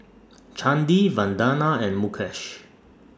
Chandi Vandana and Mukesh